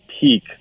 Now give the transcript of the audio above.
peak